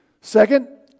Second